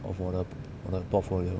of 我的我的 portfolio